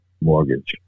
mortgage